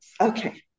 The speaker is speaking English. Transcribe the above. Okay